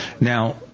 now